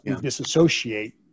disassociate